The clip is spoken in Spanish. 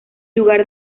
lugar